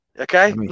Okay